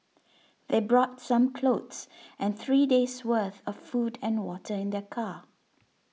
they brought some clothes and three days' worth of food and water in their car